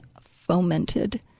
fomented